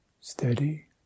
steady